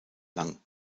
lang